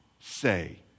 say